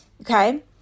okay